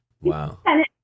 wow